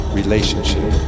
relationship